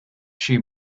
she